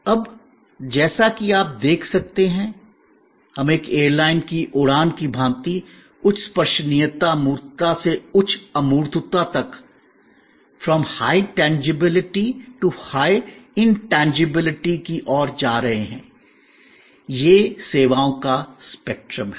अब जैसा कि आप देख सकते हैं हम एक एयरलाइन की उड़ान की भाँति उच्च स्पर्शनीयतामूर्तता से उच्च अमूर्तता तक की ओर जा रहे हैं यह सेवाओं का स्पेक्ट्रम है